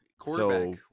quarterback